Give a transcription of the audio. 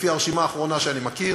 לפי הרשימה האחרונה שאני מכיר.